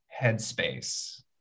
headspace